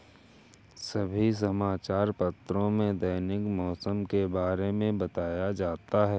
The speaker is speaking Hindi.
सभी समाचार पत्रों में दैनिक मौसम के बारे में बताया जाता है